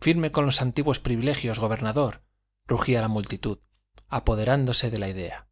firme con los antiguos privilegios gobernador rugía la multitud apoderándose de la idea